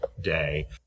day